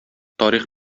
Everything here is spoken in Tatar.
тарих